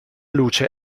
luce